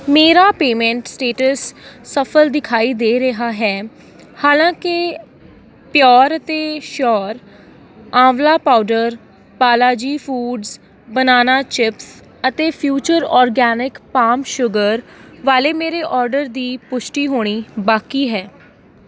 ਮੇਰਾ payment status ਸਫਲ ਦਿਖਾਈ ਦੇ ਰਿਹਾ ਹੈ ਹਾਲਾਂਕਿ ਪਿਓਰ ਅਤੇ sure amla powder Balaji foods banana chips ਅਤੇ ਫਿਊਚਰ ਔਰਗੈਨਿਕ ਪਾਮ ਸ਼ੂਗਰ ਵਾਲੇ ਮੇਰੇ ਔਡਰ ਦੀ ਪੁਸ਼ਟੀ ਹੋਣੀ ਬਾਕੀ ਹੈ